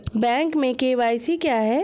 Bank में KYC क्या है?